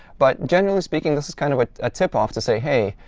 but generally speaking, this is kind of a tip off to say, hey,